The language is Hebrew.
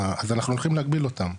אז אנחנו הולכים להגביל אותם,